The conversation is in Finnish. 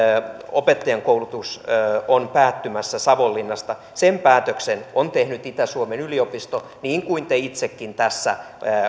opettajankoulutus on päättymässä savonlinnassa sen päätöksen on tehnyt itä suomen yliopisto niin kuin te itsekin tässä